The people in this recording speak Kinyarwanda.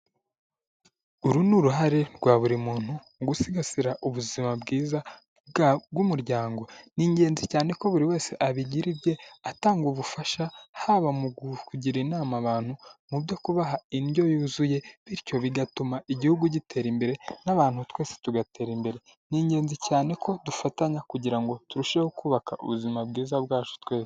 Uru ni uruhare rwa buri muntu mu gusigasira ubuzima bwiza bw'umuryango, ni ingenzi cyane ko buri wese abigira ibye, atanga ubufasha haba mu kugira inama abantu, mu byo kubaha indyo yuzuye, bityo bigatuma igihugu gitera imbere n'abantu twese tugatera imbere, ni ingenzi cyane ko dufatanya kugira ngo turusheho kubaka ubuzima bwiza bwacu twese.